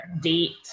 date